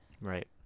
Right